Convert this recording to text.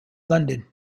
london